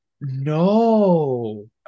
No